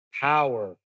power